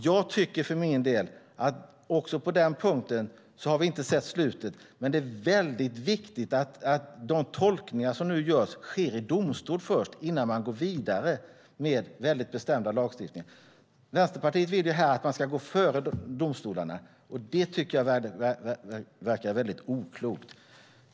Jag tycker för min del att vi inte heller på denna punkt har sett slutet. Men det är viktigt att de tolkningar som nu görs sker i domstol innan man går vidare med bestämda lagstiftningar. Vänsterpartiet vill att man ska gå före domstolarna. Det tycker jag verkar oklokt.